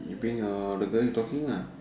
you bring eh the girl you talking lah